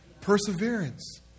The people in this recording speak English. Perseverance